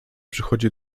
przychodzi